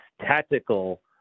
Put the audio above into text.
tactical